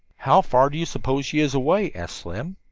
how far do you suppose she is away? asked slim.